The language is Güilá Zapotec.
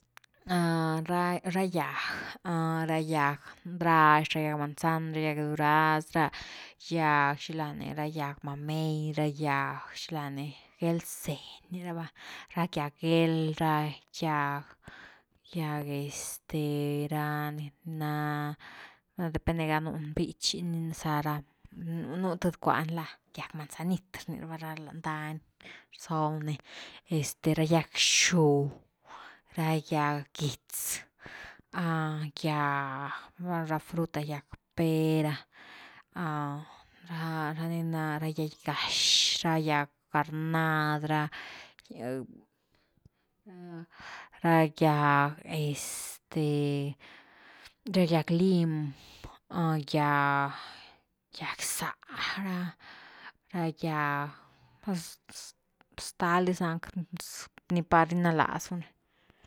Ra-ra gyag, ra gyag ndrax, ra gyag manzan, ra gyag duraz, ra gyag xilani ra gyag mamey, ra gyag xilani gel zeny rni ra’va, ra gyag gél, ra gyag-gyag este ra nina vainde depende ga nu ni bichy ni zá ra nú th cuani la gyag manzanit rni ra’va lan dany rzob ni, este ra gyag bxu, ra gyag gïtz, gyag, val ra fruta, gyag pera ra nbi na ra gyag gax, ra guag carnad ra, ra gyag este ra gyag lim, gyag záh ra gyag, stal dis nani ni par ginalaz nú.